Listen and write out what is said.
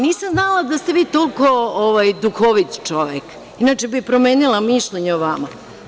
Nisam znala da ste vi toliko duhovit čovek inače bih promenila mišljenje o vama.